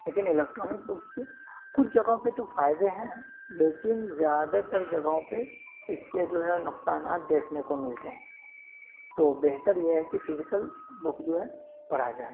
لیکن electronic books کے کچھ جگہوں پہ تو فائدے ہیں لیکن زیادہ تر جگہوں پہ اس کے جو ہے نقصانات دیکھنے کو ملتے ہیں تو بہتر یہ ہے کہ فزیکل بک جو ہے پڑھا جائے